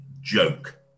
joke